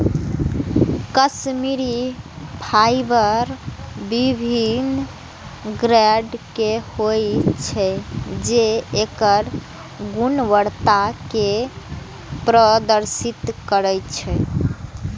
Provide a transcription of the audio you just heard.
Kashmiri fibre विभिन्न grade के होइ छै, जे एकर गुणवत्ता कें प्रदर्शित करै छै